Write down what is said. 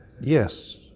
Yes